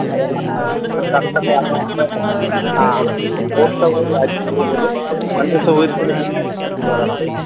ആ ബോട്ട് സൗകര്യം ആയിരിക്കും കൂടുതൽ വണ്ടി സൗകര്യത്തിന് പിന്നെ വരണം